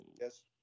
Yes